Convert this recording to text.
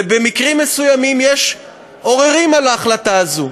ובמקרים רבים יש עוררין על ההחלטה הזאת.